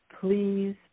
Please